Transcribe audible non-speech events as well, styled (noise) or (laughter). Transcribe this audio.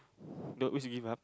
(breath) don't always give up